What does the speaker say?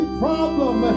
problem